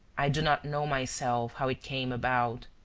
i do not know myself how it came about.